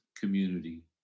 community